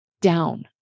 down